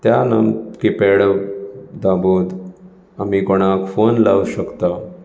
त्या नत किपॅड दाबून आमी कोणाक फोन लावू शकता